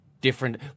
different